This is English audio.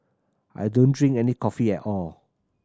I don't drink any coffee at all